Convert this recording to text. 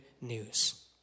news